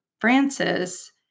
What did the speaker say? Francis